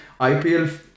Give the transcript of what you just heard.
IPL